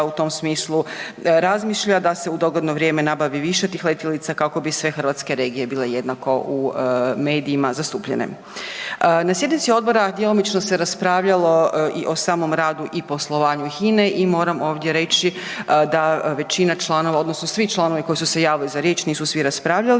u tom smislu razmišlja da se u dogledno vrijeme nabavi više tih letjelica kako bi sve hrvatske regije bile jednako u medijima zastupljene. Na sjednici odbora djelomično se raspravljalo i o samom radu i poslovanju HINA-e i moram ovdje reći da većina članova, odnosno svi članovi koji su se javili za riječ, nisu svi raspravljali